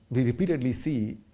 we repeatedly see,